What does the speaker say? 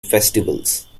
festivals